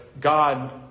God